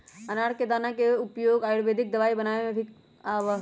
अनार के दाना के उपयोग आयुर्वेदिक दवाई बनावे में भी होबा हई